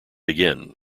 again